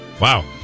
Wow